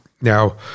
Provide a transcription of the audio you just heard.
now